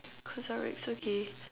CosRX okay